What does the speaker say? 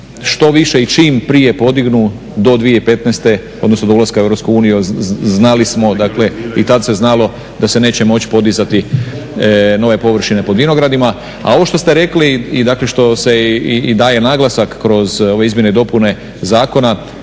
što više i čim prije podignu do 2015. odnosno do ulaska u EU. Znali smo, dakle i tad se znalo da se neće moći podizati nove površine pod vinogradima. A ovo što ste rekli i dakle što se i daje naglasak kroz ove izmjene i dopune zakona,